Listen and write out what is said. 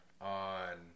on